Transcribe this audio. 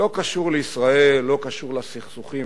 לא קשור לישראל, לא קשור לסכסוכים,